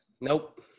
nope